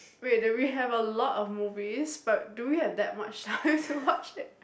wait then we have a lot of movies but do we have that much time to watch it